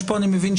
יש פה אני מבין,